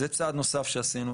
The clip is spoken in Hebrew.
זה צעד נוסף שעשינו.